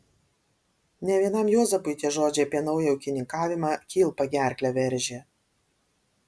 ne vienam juozapui tie žodžiai apie naują ūkininkavimą kilpa gerklę veržė